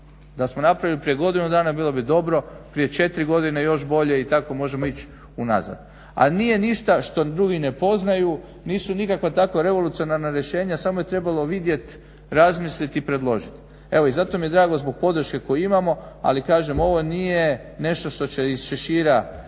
Da smo napravili prije godinu dana bilo bi dobro, prije četiri godine još bolje i tako možemo ići unazad. A nije ništa što drugi ne poznaju, nisu nikakva takva revolucionarna rješenja, samo je trebalo vidjeti, razmisliti i predložiti. Evo i zato mi je drago zbog podrške koju imamo ali kažem ovo nije nešto što će iz šešira